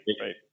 right